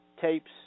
tapes